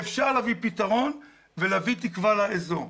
אפשר להביא פתרון ולהביא תקווה לאזור.